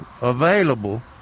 available